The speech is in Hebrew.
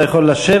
אתה יכול לשבת.